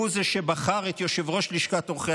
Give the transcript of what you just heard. שהוא זה שבחר את יושב-ראש לשכת עורכי